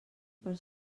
per